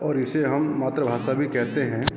और इसे हम मातृभाषा भी कहते हैं